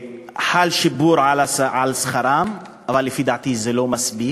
וחל שיפור בשכרם, אבל לפי דעתי זה לא מספיק.